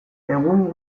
egun